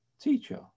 teacher